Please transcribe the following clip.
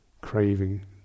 craving